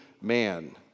man